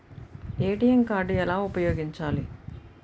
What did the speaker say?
ATM card ఎలా ఉపయోగించాలి?